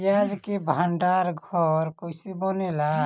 प्याज के भंडार घर कईसे बनेला?